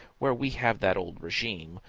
where we have that old regime,